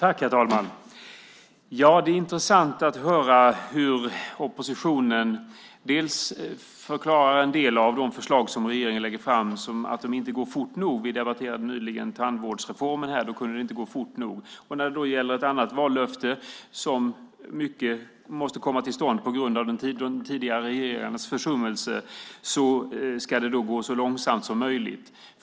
Herr talman! Det är intressant att höra hur oppositionen förklarar att en del av de förslag som regeringen lägger fram inte går fort nog. Vi debatterade nyligen tandvårdsreformen, och då kunde det inte gå fort nog. När det gäller ett annat vallöfte, som måste komma till stånd på grund av de tidigare regeringarnas försummelser, ska det gå så långsamt som möjligt.